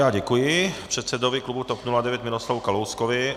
Já děkuji předsedovi klubu TOP 09 Miroslavu Kalouskovi.